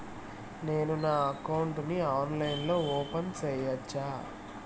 నేను నా అకౌంట్ ని ఆన్లైన్ లో ఓపెన్ సేయొచ్చా?